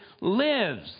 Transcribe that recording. lives